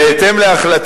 אני צוחק,